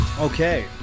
Okay